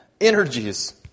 energies